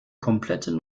komplette